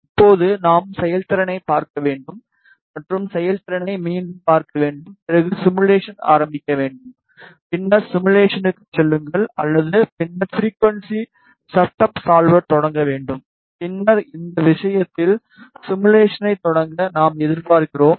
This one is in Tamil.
இப்போது நாம் செயல்திறனைப் பார்க்க வேண்டும் மற்றும் செயல்திறனை மீண்டும் பார்க்க வேண்டும் பிறகு சிமுலேஷன் ஆரம்பிக்க வேண்டும் பின்னர் சிமுலேஷனுக்கு செல்லுங்கள் அல்லது பின்னர் ஃபிரிகுவன்ஸி செட்டப் சால்வர் தொடக்க வேண்டும் பின்னர் இந்த விஷயத்தில் சிமுலேஷனை தொடங்க நாம் எதிர்பார்க்கிறோம்